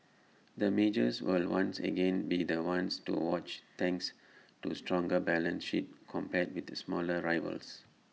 the majors will once again be the ones to watch thanks to stronger balance sheets compared with smaller rivals